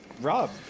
Rob